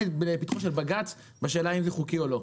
ויש לפתחו של בג"ץ את השאלה אם זה חוקי או לא.